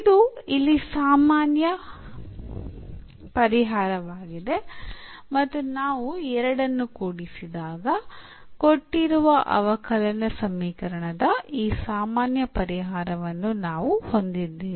ಇದು ಇಲ್ಲಿ ಸಾಮಾನ್ಯ ಪರಿಹಾರವಾಗಿದೆ ಮತ್ತು ನಾವು ಎರಡನ್ನು ಕೂಡಿಸಿದಾಗ ಕೊಟ್ಟಿರುವ ಅವಕಲನ ಸಮೀಕರಣದ ಈ ಸಾಮಾನ್ಯ ಪರಿಹಾರವನ್ನು ನಾವು ಹೊಂದಿದ್ದೇವೆ